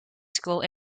school